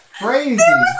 crazy